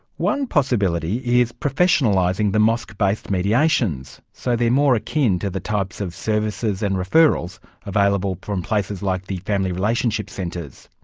one possibility is professionalising the mosque-based mediations, so they're more akin to the types of services and referrals available from places like the family relationship centres.